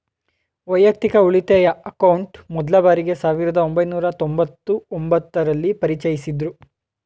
ವೈಯಕ್ತಿಕ ಉಳಿತಾಯ ಅಕೌಂಟ್ ಮೊದ್ಲ ಬಾರಿಗೆ ಸಾವಿರದ ಒಂಬೈನೂರ ತೊಂಬತ್ತು ಒಂಬತ್ತು ರಲ್ಲಿ ಪರಿಚಯಿಸಿದ್ದ್ರು